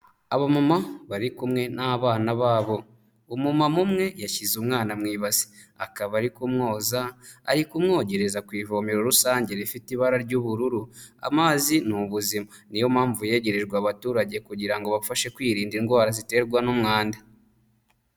Abamama bari kumwe n'abana babo, umumama umwe yashyize umwana mu ibasi, akaba ari kumwoza, ari kumwogereza ku ivomero rusange rifite ibara ry'ubururu, amazi ni ubuzima, niyo mpamvu yegerejwe abaturage kugira ngo abafashe kwirinda indwara ziterwa n'umwanda.